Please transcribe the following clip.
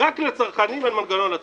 רק לצרכנים אין מנגנון הצמדה.